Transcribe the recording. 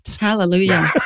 Hallelujah